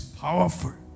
powerful